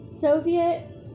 Soviet